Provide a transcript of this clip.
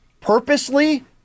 purposely